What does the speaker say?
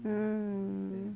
mm